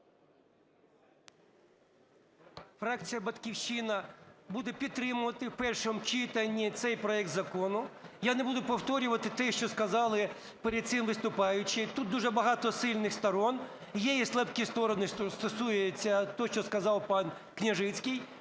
Фракція "Батьківщина" буде підтримувати в першому читанні цей проект закону. Я не буду повторювати те, що сказали перед цим виступаючі, тут дуже багато сильних сторін, є і слабкі сторони – стосується того, що сказав пан Княжицький,